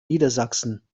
niedersachsen